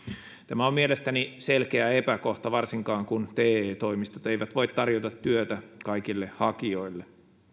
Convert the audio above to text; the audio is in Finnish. tämä on mielestäni selkeä epäkohta varsinkin kun te toimistot eivät voi tarjota työtä kaikille hakijoille